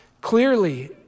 Clearly